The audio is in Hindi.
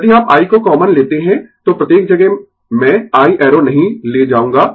तो यदि आप I को कॉमन लेते है तो प्रत्येक जगह मैं I एरो नहीं ले जाऊंगा